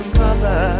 mother